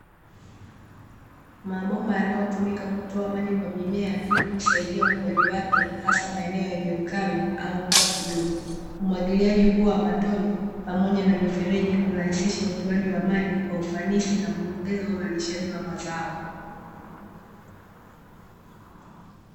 Mabomba yanayotumika kutoa maji kwa mimea ili kusaidia ukuaji wake, hasa maeneo yenye ukame au mvua kidogo, umwagiliaji huo wa matone pamoja na mifereji kurahisisha utoaji wa maji kwa ufanisi na kuongeza uzalishaji wa mazao.